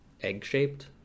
egg-shaped